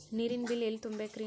ನೇರಿನ ಬಿಲ್ ಎಲ್ಲ ತುಂಬೇಕ್ರಿ?